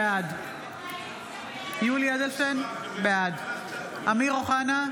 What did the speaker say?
בעד יולי יואל אדלשטיין, בעד אמיר אוחנה,